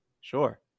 Sure